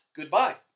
goodbye